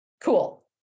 cool